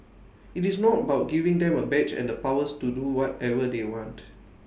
IT is not about giving them A badge and the powers to do whatever they want